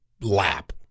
lap